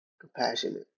Compassionate